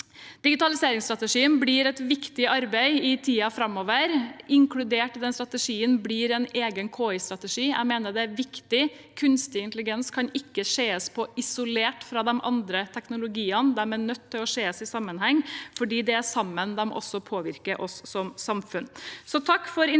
Digitaliseringsstrategien blir et viktig arbeid i tiden framover. Inkludert i den strategien blir en egen KI-strategi. Jeg mener det er viktig. Kunstig intelligens kan ikke ses på isolert fra de andre teknologiene. De er nødt til å ses i sammenheng fordi de sammen også påvirker oss som samfunn. Så takk for initiativet